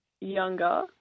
younger